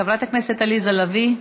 חברת הכנסת עליזה לביא,